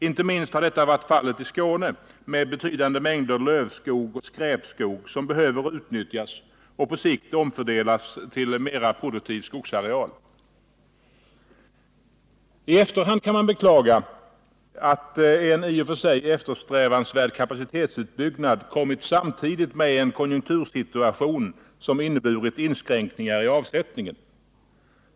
Inte minst har detta varit fallet i Skåne, som har betydande mängder lövskog och skräpskog som behöver utnyttjas och på sikt omfördelas till mer produktiv skogsareal. I efterhand kan man beklaga att en i och för sig eftersträvansvärd kapacitetsutbyggnad kommit samtidigt med en konjunktursituation som inneburit inskränkningar i avsättningen.